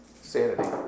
sanity